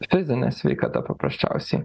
fizine sveikata paprasčiausiai